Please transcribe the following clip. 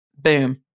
boom